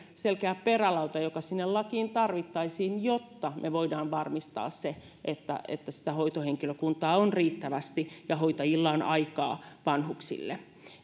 selkeä perälauta joka sinne lakiin tarvittaisiin jotta me voimme varmistaa sen että sitä hoitohenkilökuntaa on riittävästi ja hoitajilla on aikaa vanhuksille